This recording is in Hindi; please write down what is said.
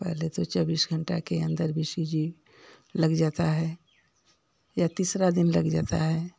पहले त चौबीस घंटा के अंदर बी सी जी लग जाता है या तीसरा दिन लग जाता है